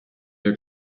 der